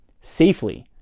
safely